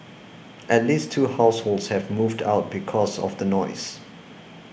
at least two households have moved out because of the noise